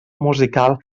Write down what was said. musical